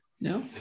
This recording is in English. no